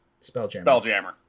Spelljammer